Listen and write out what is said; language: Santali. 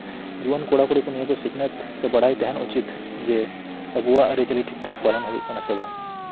ᱡᱩᱣᱟᱹᱱ ᱠᱚᱲᱟ ᱠᱩᱲᱤᱠᱩ ᱱᱤᱭᱟᱹᱠᱩ ᱥᱤᱠᱷᱱᱟᱹᱛ ᱥᱮ ᱵᱟᱲᱟᱭ ᱛᱟᱦᱮᱸᱱ ᱞᱟᱠᱛᱤ ᱡᱮ ᱟᱵᱩᱣᱟᱜ ᱴᱷᱤᱠᱴᱷᱟᱠ ᱯᱟᱞᱚᱱ ᱦᱩᱭᱩᱜ ᱠᱟᱱᱟᱥᱮ ᱵᱟᱝ